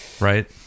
right